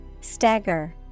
Stagger